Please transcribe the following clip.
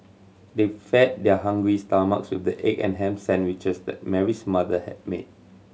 they fed their hungry stomach with the egg and ham sandwiches that Mary's mother had made